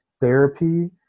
therapy